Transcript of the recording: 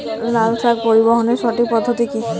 লালশাক পরিবহনের সঠিক পদ্ধতি কি?